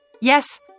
Yes